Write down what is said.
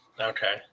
Okay